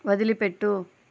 వదిలిపెట్టు